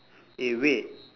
eh wait